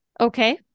Okay